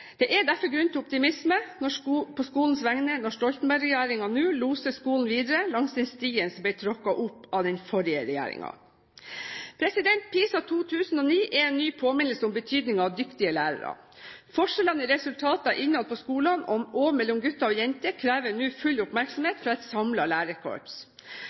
Det er derfor grunn til optimisme på skolens vegne når Stoltenberg-regjeringen nå loser skolen videre, langs den stien som ble tråkket opp av den forrige regjeringen. PISA 2009 er en ny påminnelse om betydningen av dyktige lærere. Forskjellene i resultater innad på skolene, og mellom gutter og jenter, krever nå full oppmerksomhet fra et samlet lærerkorps.